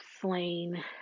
slain